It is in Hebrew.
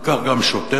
וכך גם שוטר,